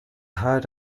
heard